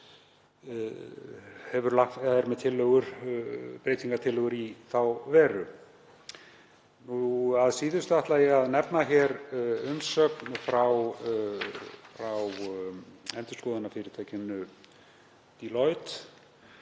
fram breytingartillögur í þá veru. Að síðustu ætla ég að nefna umsögn frá endurskoðunarfyrirtækinu Deloitte